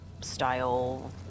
style